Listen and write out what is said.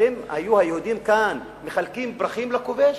אתם, היהודים כאן, מחלקים פרחים לכובש?